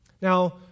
now